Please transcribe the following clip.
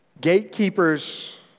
Gatekeepers